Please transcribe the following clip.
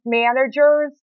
managers